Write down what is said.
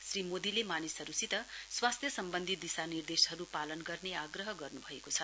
श्री मोदीले मानिसहरुसित स्वास्थ्य सम्बन्धी दिशानिर्देशहरु पालन गर्ने आग्रह गर्नुभएको छ